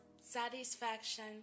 satisfaction